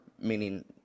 meaning